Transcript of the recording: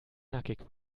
nackig